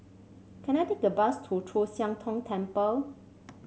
can I take a bus to Chu Siang Tong Temple